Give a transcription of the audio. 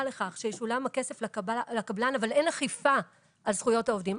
לכך שישולם הכסף לקבלן אבל אין אכיפה על זכויות העובדים.